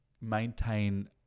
maintain